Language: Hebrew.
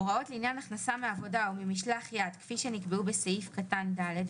"הוראות לעניין הכנסה מעבודה או ממשלח יד כפי שנקבעו בסעיף קטן (ד)